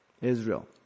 Israel